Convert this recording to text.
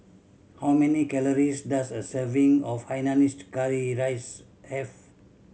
how many calories does a serving of hainanese curry rice have